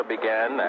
began